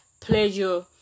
pleasure